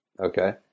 okay